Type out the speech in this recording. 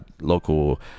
local